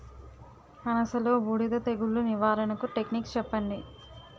పనస లో బూడిద తెగులు నివారణకు టెక్నిక్స్ చెప్పండి?